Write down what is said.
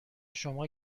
شما